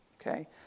okay